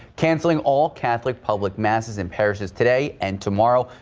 canceling all catholic public masses in parishes today and tomorrow,